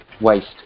waste